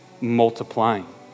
multiplying